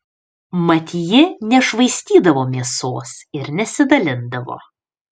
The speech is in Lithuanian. mat ji nešvaistydavo mėsos ir nesidalindavo